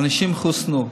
ואנשים חוסנו.